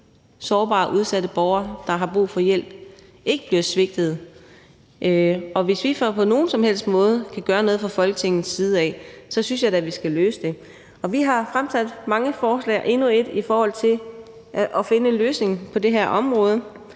sårbare og udsatte borgere, der har brug for hjælp, ikke bliver svigtet, og hvis vi på nogen som helst måde kan gøre noget fra Folketingets side, synes jeg da, at vi skal løse det. Vi har fremsat mange forslag og endnu et i forhold til at finde en løsning på det her område,